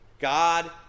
God